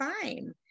fine